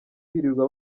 birirwa